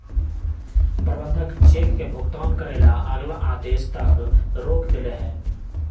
प्रबंधक चेक के भुगतान करे ला अगला आदेश तक रोक देलई ह